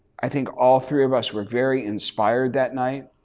i think all three of us were very inspired that night.